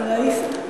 א-ראיסה.